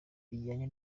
bijyanye